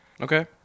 Okay